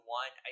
one